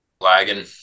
Lagging